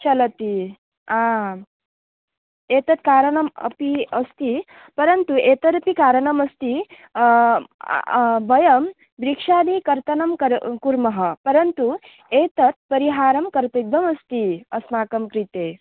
चलति आम् एतत् कारणम् अपि अस्ति परन्तु एतदपि कारणमस्ति वयं वृक्षादिकर्तनं करो कुर्मः परन्तु एतत् परिहारं कर्तव्यम् अस्ति अस्माकं कृते